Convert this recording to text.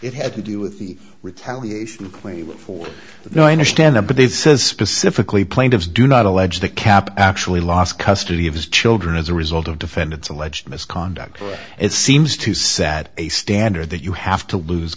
it had to do with the retaliation claim before but now i understand that but they says specifically plaintiffs do not allege the cap actually lost custody of his children as a result of defendant's alleged misconduct but it seems too sad a standard that you have to lose